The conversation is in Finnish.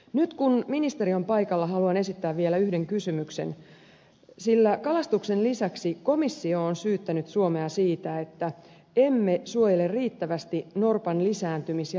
nyt kun ministeri on paikalla haluan esittää vielä yhden kysymyksen sillä kalastuksen lisäksi komissio on syyttänyt suomea siitä että emme suojele riittävästi norpan lisääntymis ja levähdyspaikkoja